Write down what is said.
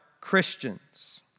Christians